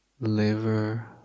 liver